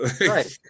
Right